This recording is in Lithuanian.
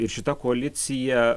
ir šita koalicija